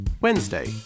Wednesday